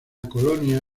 colonia